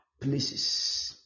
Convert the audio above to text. places